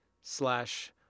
slash